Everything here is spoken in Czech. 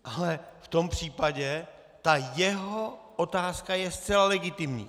Ale v tom případě ta jeho otázka je zcela legitimní.